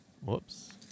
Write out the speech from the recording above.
Whoops